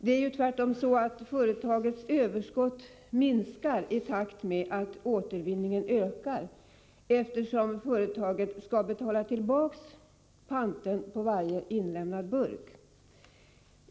Det är tvärtom så att företagets överskott minskar i takt med att återvinningen ökar, eftersom företaget skall betala tillbaka panten på varje inlämnad burk.